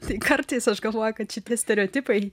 tai kartais aš galvoju kad šitie stereotipai